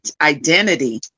identity